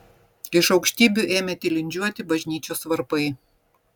iš aukštybių ėmė tilindžiuoti bažnyčios varpai